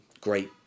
great